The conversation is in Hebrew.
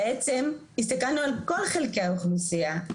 בעצם, הסתכלנו על כל חלקי האוכלוסייה,